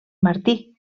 martí